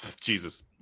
Jesus